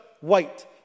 White